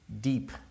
deep